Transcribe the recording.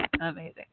Amazing